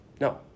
No